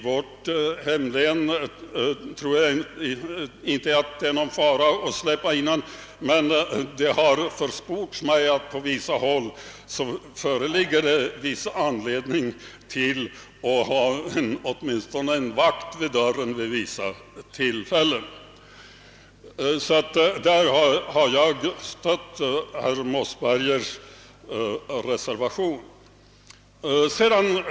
Jag tror inte att det är någon fara att släppa in dem i vårt hemlän, men det har försports att det på vissa håll finns anledning att hålla åtminstone en vakt vid dörren vid vissa tillfällen. På denna punkt har jag stött herr Mossbergers reservation.